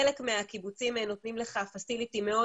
חלק מהקיבוצים נותנים מתקנים טובים מאוד